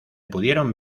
pudieron